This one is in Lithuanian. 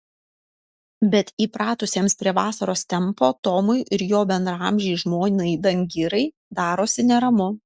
bet įpratusiems prie vasaros tempo tomui ir jo bendraamžei žmonai dangirai darosi neramu